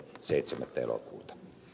päivää elokuuta